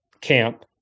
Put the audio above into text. camp